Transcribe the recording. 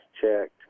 checked